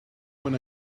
when